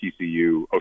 TCU